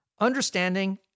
Understanding